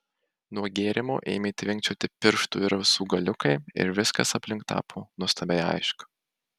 nuo gėrimo ėmė tvinkčioti pirštų ir ausų galiukai ir viskas aplink tapo nuostabiai aišku